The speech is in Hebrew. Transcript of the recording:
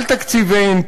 על תקציביהן,